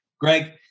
Greg